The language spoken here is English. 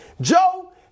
Joe